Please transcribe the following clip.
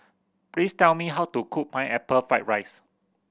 please tell me how to cook Pineapple Fried rice